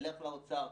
נלך לאוצר.